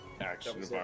action